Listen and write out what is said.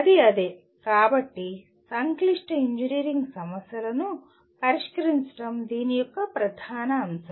అది అదే కాబట్టి సంక్లిష్ట ఇంజనీరింగ్ సమస్యను పరిష్కరించడం దీని యొక్క ప్రధాన అంశం